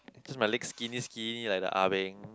cause my legs skinny skinny like the ah beng